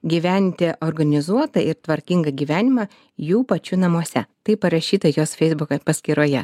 gyventi organizuotą ir tvarkingą gyvenimą jų pačių namuose taip parašyta jos feisbuko paskyroje